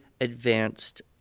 advanced